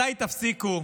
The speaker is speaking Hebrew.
מתי תפסיקו?